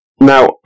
now